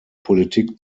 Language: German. politik